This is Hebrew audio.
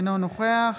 אינו נוכח